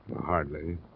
Hardly